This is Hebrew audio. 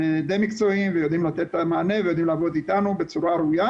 הם די מקצועיים ויודעים לתת את המענה ויודעים לעבוד איתנו בצורה ראויה.